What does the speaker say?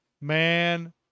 man